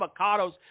avocados